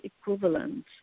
equivalent